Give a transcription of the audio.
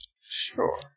Sure